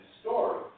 story